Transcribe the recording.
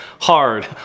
hard